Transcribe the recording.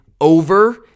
over